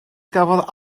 gafodd